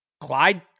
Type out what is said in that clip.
Clyde